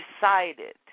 decided